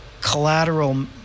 collateral